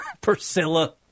Priscilla